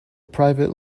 private